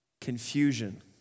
Confusion